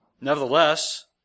Nevertheless